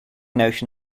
notion